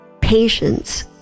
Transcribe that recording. patience